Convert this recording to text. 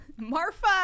marfa